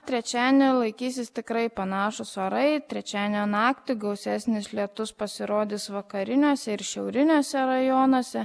trečiadienį laikysis tikrai panašūs orai trečiadienio naktį gausesnis lietus pasirodys vakariniuose ir šiauriniuose rajonuose